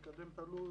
לקדם את הלו"ז,